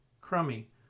crummy